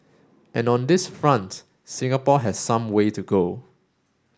and on this front Singapore has some way to go